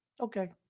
Okay